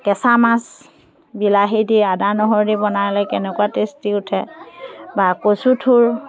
কেঁচামাছ বিলাহী দি আদা নহৰু দি বনালে কেনেকুৱা টেষ্টি উঠে বা কচুথোৰ